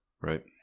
Right